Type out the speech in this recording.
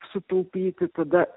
sutaupyti tada